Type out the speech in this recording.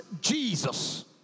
Jesus